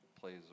plays